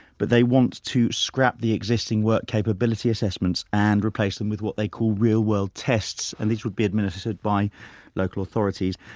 but they want to scrap the existing work capability assessments and replace them with what they call real world tests and these would be administered by local authorities.